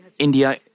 India